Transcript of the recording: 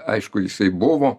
aišku jisai buvo